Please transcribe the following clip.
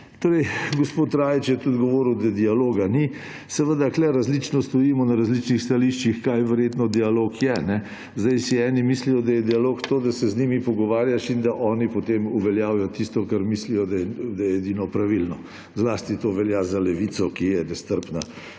Torej, gospod Rajić je tudi govoril, da dialoga ni. Seveda, tukaj različno stojimo na različnih stališčih, kaj verjetno dialog je. Zdaj si eni mislijo, da je dialog to, da se z njimi pogovarjaš in da oni potem uveljavijo tisto, kar mislijo, da je edino pravilno. Zlasti to velja za Levico, ki je nestrpna